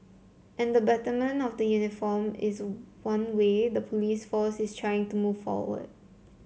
and the betterment of the uniform is one way the police force is trying to move forward